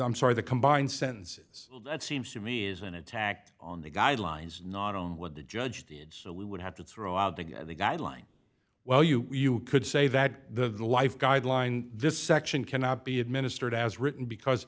i'm sorry the combined sentences seems to me is an attack on the guidelines not on what the judge did so we would have to throw out the guideline well you could say that the life guideline this section cannot be administered as written because